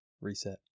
reset